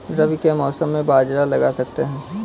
रवि के मौसम में बाजरा लगा सकते हैं?